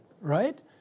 right